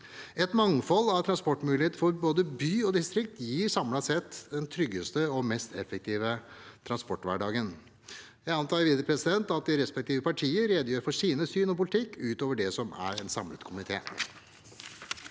Et mangfold av transportmuligheter for både by og distrikt gir samlet sett den tryggeste og mest effektive transporthverdagen. Jeg antar at de respektive partier vil redegjøre for sine syn og sin politikk utover det som kommer fra en samlet komité.